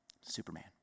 Superman